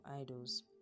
idols